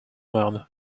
marne